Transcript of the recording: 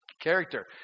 character